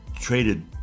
traded